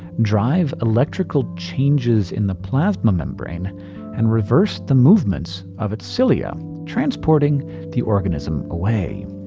drive electrical changes in the plasma membrane and reverse the movements of its cilia, transporting the organism away.